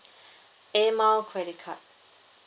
Air Miles credit card